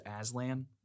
Aslan